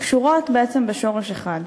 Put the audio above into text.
שקשורות בעצם בשורש אחד,